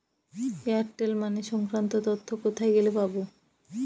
Airtel money সংক্রান্ত তথ্য কোথায় গেলে পাব?